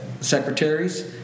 secretaries